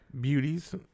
Beauties